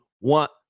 want